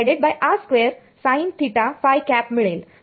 तर मला मिळेल